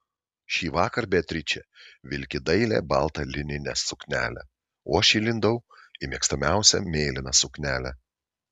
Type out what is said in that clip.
šįvakar beatričė vilki dailią baltą lininę suknelę o aš įlindau į mėgstamiausią mėlyną suknelę